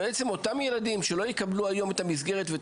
לפחות אתה כמשרד החינוך תעזור לי בלשחרר את המבנים האלה ולהציב אותם,